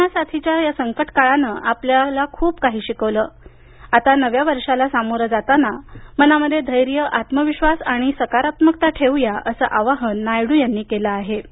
corona साथीच्या या संकट काळानं आपल्या खूप काही शिकवलं आता नव्या वर्षाला समोरं जाताना मनामध्ये धैर्य आत्मविश्वास आणि सकारात्मकता ठेऊया असं आवाहन नायडू यांनी केलं आहे